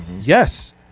yes